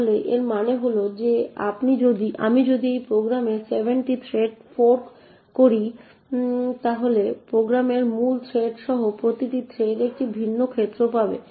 তাহলে এর মানে হল যে আমি যদি এই প্রোগ্রামে 7টি থ্রেড ফোর্ক করি তাহলে প্রোগ্রামের মূল থ্রেড সহ প্রতিটি থ্রেড একটি ভিন্ন ক্ষেত্র পাবে